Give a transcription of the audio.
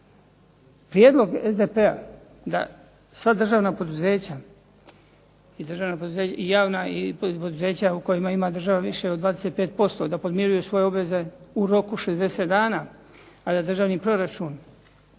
Prijedlog SDP-a da sva državna poduzeća i javna i poduzeća u kojima ima država više od 25% da podmiruju svoje obveze u roku 60 dana a da državni proračun